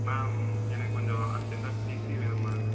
ma'am எனக்கு கொஞ்சம் அர்ஜென்ட்டாக டிசி வேணும் மேம்